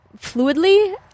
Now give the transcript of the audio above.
fluidly